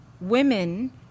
women